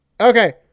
Okay